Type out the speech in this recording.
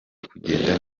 kugenda